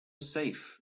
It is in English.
safe